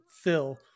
Phil